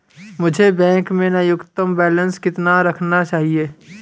मुझे बैंक में न्यूनतम बैलेंस कितना रखना चाहिए?